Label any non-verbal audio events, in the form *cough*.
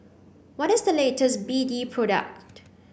what is the latest B D *noise* product